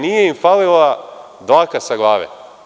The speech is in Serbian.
Nije im falila dlaka s glave.